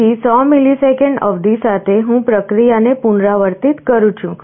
તેથી 100 મિલિસેકન્ડ અવધિ સાથે હું પ્રક્રિયાને પુનરાવર્તિત કરું છું